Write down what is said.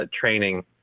training